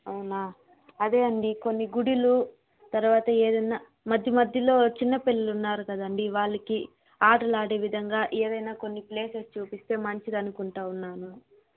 అవునా అదే అండి కొన్ని గుడిలు తర్వాత ఏదన్నా మధ్యమధ్యలో చిన్నపిల్లలు ఉన్నారు కదండి వాళ్ళకి ఆటలాడే విధంగా ఏదైనా కొన్ని ప్లేసెస్ చూపిస్తే మంచిది అనుకుంటా ఉన్నాను